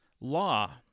law